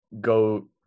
go